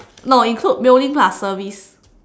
no include mailing plus service